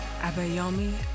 Abayomi